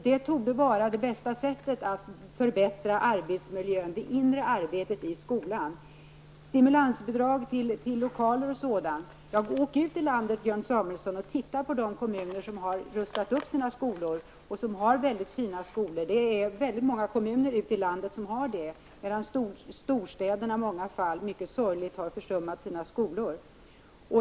Detta torde vara det bästa sättet att förbättra arbetsmiljön i fråga om det inre arbetet i skolan. Björn Samuelson talade sedan om stimulansbidrag till exempelvis lokaler. Åk ut i landet, Björn Samuelson, och titta på skolorna i de kommuner som har satsat på en utrustning av dem! Dessa skolor är väldigt fina, och det är många kommuner ute i landet som har genomfört en sådan upprustning. I storstäderna har man däremot i många fall mycket sorgligt försummat sina skolor.